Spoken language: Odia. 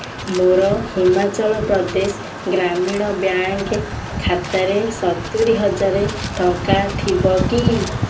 ମୋର ହିମାଚଳ ପ୍ରଦେଶ ଗ୍ରାମୀଣ ବ୍ୟାଙ୍କ୍ ଖାତାରେ ସତୁରୀହଜାରେ ଟଙ୍କା ଥିବ କି